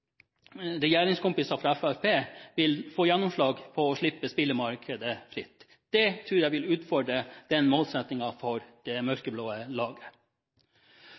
fra Fremskrittspartiet vil få gjennomslag for å slippe spillmarkedet fritt. Det tror jeg vil utfordre denne målsettingen for det mørkeblå laget.